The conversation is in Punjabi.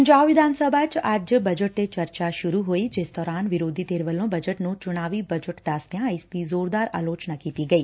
ਪੰਜਾਬ ਵਿਧਾਨ ਸਭਾ ਚ ਅੱਜ ਬਜਟ ਤੇ ਚਰਚਾ ਸੁਰੁ ਹੋਈ ਜਿਸ ਦੌਰਾਨ ਵਿਰੋਧੀ ਧਿਰ ਵੱਲੋ ਬਜਟ ਨੂੰ ਚੁਣਾਵੀ ਬਜਟ ਦਸਦਿਆਂ ਇਸ ਦੀ ਜ਼ੋਰਦਾਰ ਆਲੋਚਨਾ ਕੀਤੀ ਗਈ